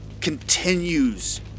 continues